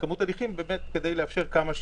סיווג הליכים מורכבים 16.הממונה יחליט לעניין